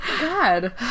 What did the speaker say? God